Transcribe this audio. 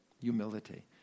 Humility